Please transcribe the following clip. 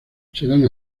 serán